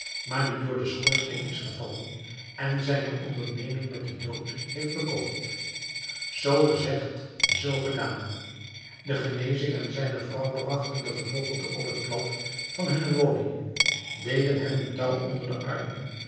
maar die door den schoorsteen is gevallen en zijne onderneming met den dood heeft bekocht zoo gezegd zoo gedaan de geneesheer en zijne vrouw bragten den gebogchelde op het plat van hunne woning deden hem een touw onder de armen